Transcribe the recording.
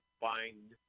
find